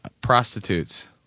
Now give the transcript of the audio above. Prostitutes